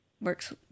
works